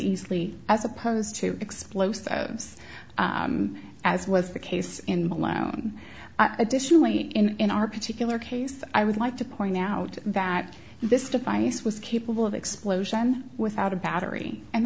easily as opposed to explosives as was the case in my own additionally in our particular case i would like to point out that this device was capable of explosion without a battery and